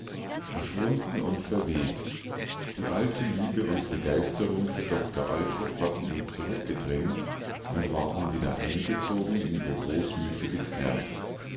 verschwunden und verweht die alte liebe und begeisterung für doktor althoff hatten ihn zurückgedrängt und waren wieder eingezogen in ihr großmütiges herz